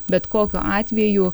bet kokiu atveju